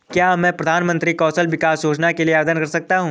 क्या मैं प्रधानमंत्री कौशल विकास योजना के लिए आवेदन कर सकता हूँ?